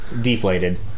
Deflated